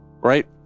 right